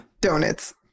donuts